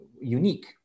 unique